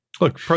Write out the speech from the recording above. Look